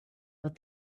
but